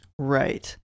Right